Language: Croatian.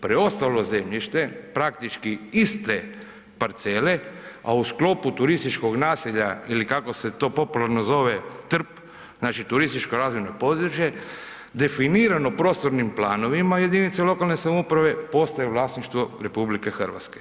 Preostalo zemljište praktički iste parcele a u sklopu turističkog naselja ili kako se to popularno zove, TRP, turističko razvojno područje, definirano prostornim planovima jedinicama lokalne samouprave, postaje vlasništvo RH.